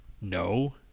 No